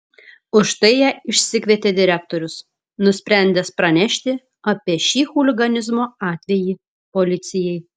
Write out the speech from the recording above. už tai ją išsikvietė direktorius nusprendęs pranešti apie šį chuliganizmo atvejį policijai